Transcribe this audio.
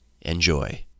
Enjoy